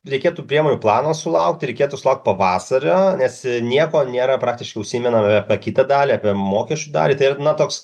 reikėtų priemonių plano sulauki reikėtų sulauki pavasario nes nieko nėra praktiškai užsimenama apie kitą dalį apie mokesčių dalį tai yra toks